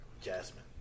Jasmine